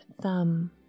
thumb